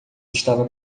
estava